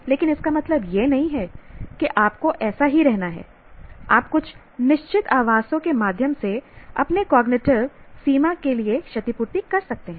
लेकिन इसका मतलब यह नहीं है कि आपको ऐसा ही रहना है आप कुछ निश्चित आवासों के माध्यम से अपने कॉग्निटिव सीमा के लिए क्षतिपूर्ति कर सकते हैं